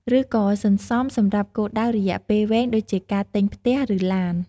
ឬក៏សន្សំសម្រាប់គោលដៅរយៈពេលវែង ដូចជាការទិញផ្ទះ ឬឡាន។